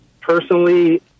Personally